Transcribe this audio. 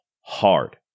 Hard